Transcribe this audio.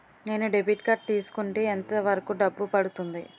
నేను debit card తీసుకుంటే ఎంత వరకు డబ్బు పడుతుంది?